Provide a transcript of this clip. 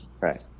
Right